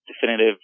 definitive